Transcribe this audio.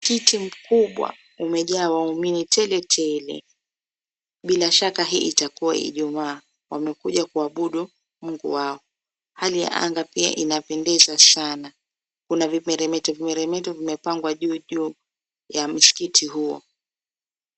Msikiti mkubwa umejaa waumini teletele. Bila shaka hii itakua ijumaa wamekuja kuabudu Mungu wao. Hali ya anga pia inapendeza saana, kuna vimeremeto vimeremeto vimepangwa juu ya msikiti huo.